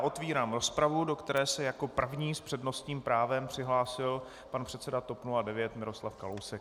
Otevírám rozpravu, do které se jako první s přednostním právem přihlásil pan předseda TOP 09 Miroslav Kalousek.